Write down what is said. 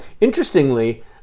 interestingly